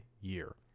year